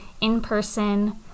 in-person